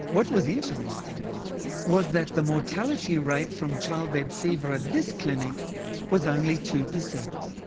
what was interesting was that the mortality rate from childbed fever at this clinic was only two percent.